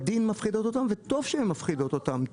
בדין מפחידות אותם וטוב שהן מפחידות אותם.